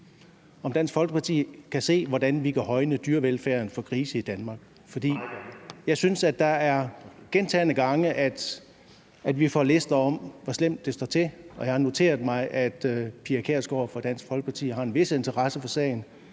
kan se, hvordan vi kan højne dyrevelfærden for grise i Danmark, for jeg synes, at vi gentagne gange får lister om, hvor slemt det står til, og jeg har noteret mig, at Pia Kjærsgaard fra Dansk Folkeparti har en vis interesse for sagen.